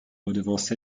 redevance